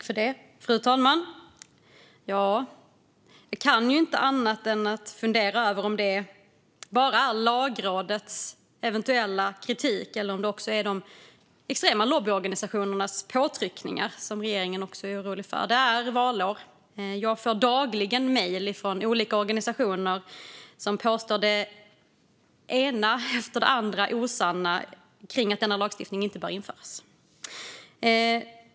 Fru talman! Jag kan inte annat än fundera över om det bara är Lagrådets eventuella kritik som regeringen är orolig för eller om det också är de extrema lobbyorganisationernas påtryckningar. Det är valår. Jag får dagligen mejl från olika organisationer som påstår det ena efter det andra osanna och anser att denna lagstiftning inte bör införas.